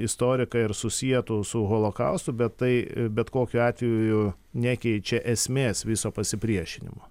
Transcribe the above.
istorikai ir susietų su holokaustu bet tai bet kokiu atveju nekeičia esmės viso pasipriešinimo